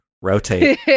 rotate